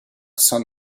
sunlight